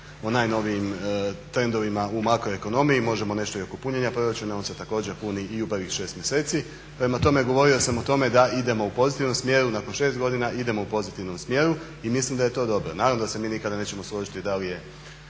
o najnovijim trendovima u makroekonomiji, možemo nešto i oko punjenja proračuna. On se također puni i u prvih 6 mjeseci. Prema tome, govorio sam o tome da idemo u pozitivnom smjeru nakon 6 godina i mislim da je to dobro. Naravno da se mi nikada nećemo složiti da li su